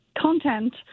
content